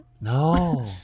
No